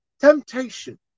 Temptation